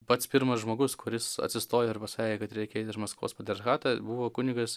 pats pirmas žmogus kuris atsistojo ir pasakė kad reikia eit iš maskvos patriarchato buvo kunigas